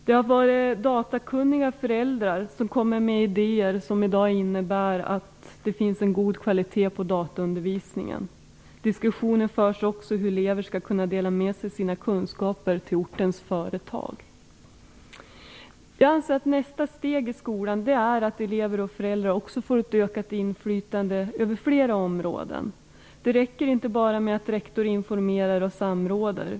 Det har funnits datakunniga föräldrar som kommit med idéer som i dag innebär att det finns en god kvalitet på dataundervisningen. Diskussioner förs också om hur elever skall kunna dela med sig av sina kunskaper till ortens företag. Jag anser att nästa steg i skolan är att elever och föräldrar får ett ökat inflytande över flera områden. Det räcker inte bara med att rektor informerar och samråder.